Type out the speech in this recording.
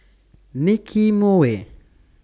Nicky Moey